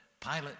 Pilate